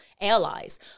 allies